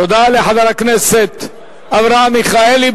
תודה לחבר הכנסת אברהם מיכאלי.